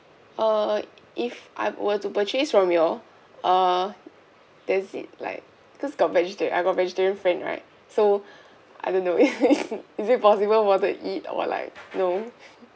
err if I were to purchase from you all uh does it like because got vegetarian I got vegetarian friend right so I don't know is it possible for them to eat or like no